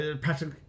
Patrick